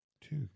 two